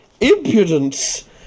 impudence